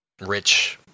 rich